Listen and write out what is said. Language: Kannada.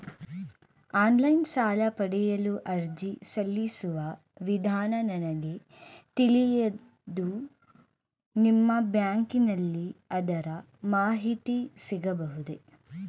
ಆನ್ಲೈನ್ ಸಾಲ ಪಡೆಯಲು ಅರ್ಜಿ ಸಲ್ಲಿಸುವ ವಿಧಾನ ನನಗೆ ತಿಳಿಯದು ನಿಮ್ಮ ಬ್ಯಾಂಕಿನಲ್ಲಿ ಅದರ ಮಾಹಿತಿ ಸಿಗಬಹುದೇ?